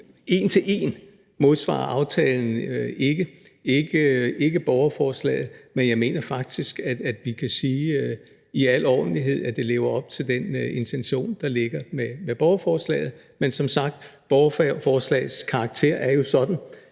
en til en modsvarer aftalen ikke borgerforslaget, men jeg mener faktisk, at vi kan sige i al ordentlighed, at den lever op til den intention, der ligger, med borgerforslaget. Men som sagt er borgerforslagets karakter jo sådan,